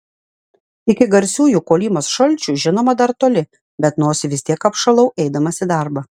iki garsiųjų kolymos šalčių žinoma dar toli bet nosį vis tiek apšalau eidamas į darbą